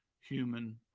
human